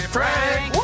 Frank